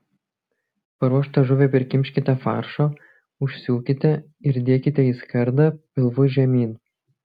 paruoštą žuvį prikimškite faršo užsiūkite ir dėkite į skardą pilvu žemyn